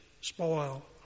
spoil